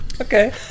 Okay